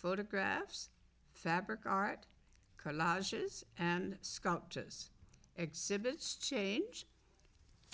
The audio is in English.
photographs fabric art collages and sculptors exhibits change